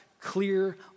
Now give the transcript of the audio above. clear